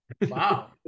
wow